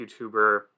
YouTuber